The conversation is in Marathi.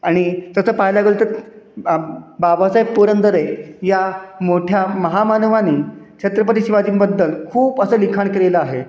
आणि तसं पाहायला गेलो तर बाबासाहेब पुरंदरे या मोठ्या महामानवाने छत्रपती शिवाजींबद्दल खूप असं लिखाण केलेलं आहे